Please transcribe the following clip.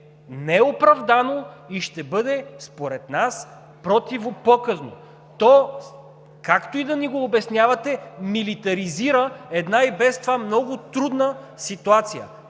неоправдано и ще бъде според нас противопоказно. То, както и да ни го обяснявате, милитаризира една и без това много трудна ситуация.